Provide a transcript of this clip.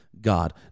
God